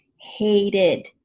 hated